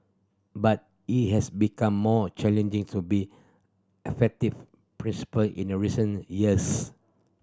but it has become more challenging to be effective principal in a recent years